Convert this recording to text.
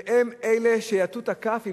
ואלה הם שיטו את הכף,